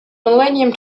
millennium